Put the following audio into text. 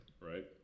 Right